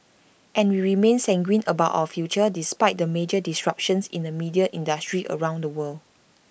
and we remain sanguine about our future despite the major disruptions in the media industry around the world